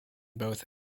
both